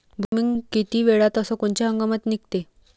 भुईमुंग किती वेळात अस कोनच्या हंगामात निगते?